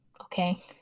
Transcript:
okay